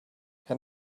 and